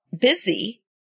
busy